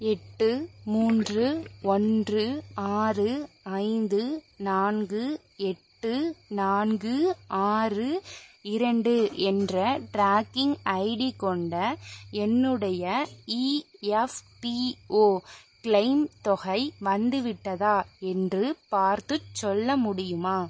எட்டு மூன்று ஒன்று ஆறு ஐந்து நான்கு எட்டு நான்கு ஆறு இரண்டு என்ற ட்ராக்கிங் ஐடி கொண்ட என்னுடைய இஎஃப்பிஓ கிளெய்ம் தொகை வந்துவிட்டதா என்று பார்த்துச் சொல்ல முடியுமா